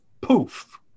poof